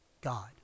God